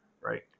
right